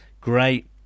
great